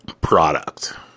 product